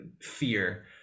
fear